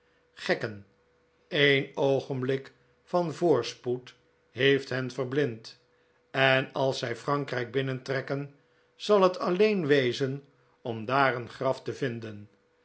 gekken een oogenblik van voorspoed heeft hen verblind en als zij frankrijk binnentrekken zal het alleen wezen om daar een graf te vinden